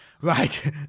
Right